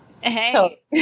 Hey